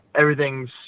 everything's